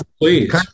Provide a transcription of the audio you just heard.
please